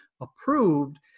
approved